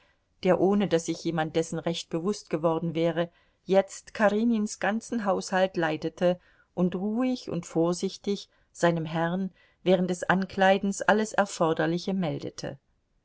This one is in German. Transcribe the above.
der ohne daß sich jemand dessen recht bewußt geworden wäre jetzt karenins ganzen haushalt leitete und ruhig und vorsichtig seinem herrn während des ankleidens alles erforderliche meldete